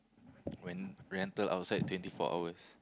when rental outside twenty four hours